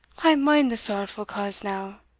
i mind the sorrowful cause now,